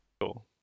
Cool